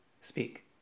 speak